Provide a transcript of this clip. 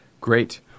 Great